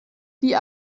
die